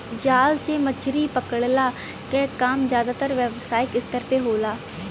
जाल से मछरी पकड़ला के काम जादातर व्यावसायिक स्तर पे होला